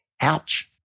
ouch